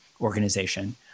organization